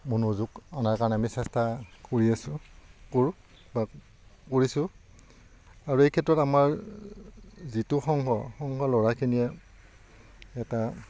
মনোযোগ অনাৰ কাৰণে আমি চেষ্টা কৰি আছোঁ কৰোঁ বা কৰিছোঁ আৰু এই ক্ষেত্ৰত আমাৰ যিটো সংঘ সংঘ ল'ৰাখিনিয়ে এটা